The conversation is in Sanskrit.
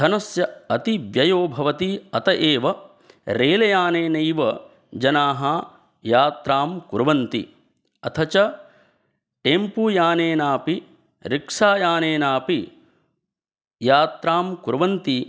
धनस्य अति व्ययो भवति अतः एव रैल्यानेनैव जनाः यात्रां कुर्वन्ति अथ चे टेम्पुयानेनापि रिक्षायानेनापि यात्रां कुर्वन्ति